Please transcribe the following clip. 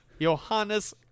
Johannes